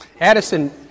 Addison